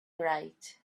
right